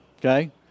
Okay